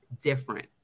different